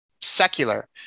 secular